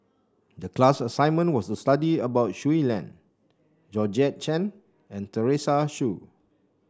the class assignment was to study about Shui Lan Georgette Chen and Teresa Hsu